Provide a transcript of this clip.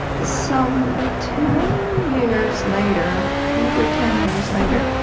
some ten years later, eight or ten years later,